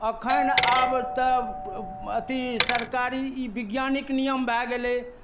अखन आब तऽ अथी सरकारी ई बिज्ञानिक नियम भऽ गेलै